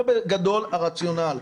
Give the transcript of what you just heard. זה בגדול הרציונל.